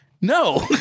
No